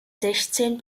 sechzehn